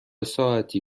ساعتی